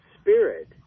Spirit